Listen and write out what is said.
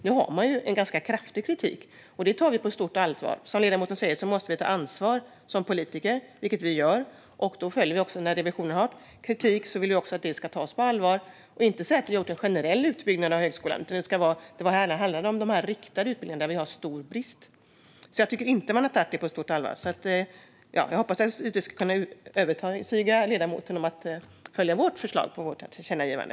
Nu har man ganska kraftig kritik, och det tar vi på stort allvar. Som ledamoten säger måste vi politiker ta ansvar, vilket vi gör. Av det följer att när Riksrevisionen har kritik vill vi att det ska tas på allvar. Då ska man inte säga att vi har gjort en generell utbyggnad av högskolan. Det var de riktade utbildningarna det handlade om, där vi har stor brist. Jag tycker därför inte att man har tagit det på stort allvar. Jag hoppas naturligtvis att kunna övertyga ledamoten om att följa vårt förslag till tillkännagivande.